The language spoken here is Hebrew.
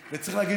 לא יהיה אפקטיבי.